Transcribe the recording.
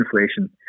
inflation